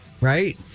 Right